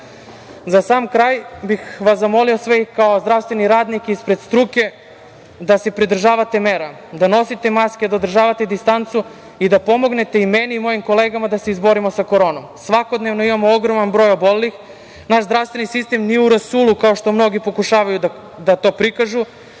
sam kraj bih vas zamolio sve kao zdravstveni radnik ispred struke da se pridržavate mera, da nosite maske, da održavate distancu i da pomognete i meni i mojim kolegama da se izborimo sa koronom. Svakodnevno imamo ogroman broj obolelih. Naš zdravstveni sistem nije u rasulu kao što mnogi pokušavaju da to prikažu.